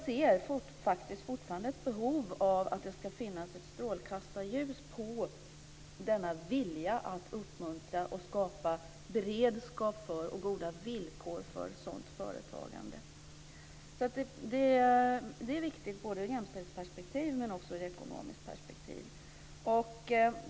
Det finns fortfarande ett behov av ett strålkastarljus på denna vilja att uppmuntra och skapa beredskap för och goda villkor för sådant företagande. Detta är viktigt både ur jämställdhetsperspektiv och ur ekonomiskt perspektiv.